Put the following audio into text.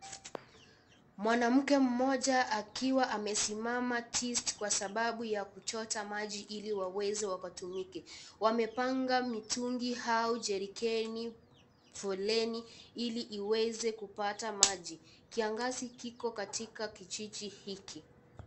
Mwanamke mmoja akiwa amesimama tist kwa sababu ya kuchota maji ili waweze wakatumike, wamepanga mitungi au jerikeni foleni ili iweze kupata maji, kiangazi kiko katika kijiji hiki.